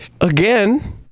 again